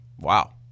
wow